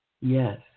Yes